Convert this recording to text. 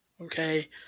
Okay